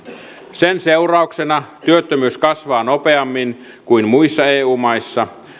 sen seurauksena työttömyys kasvaa nopeammin kuin muissa eu maissa